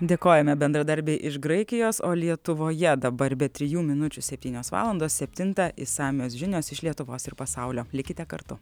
dėkojame bendradarbei iš graikijos o lietuvoje dabar be trijų minučių septynios valandos septintą išsamios žinios iš lietuvos ir pasaulio likite kartu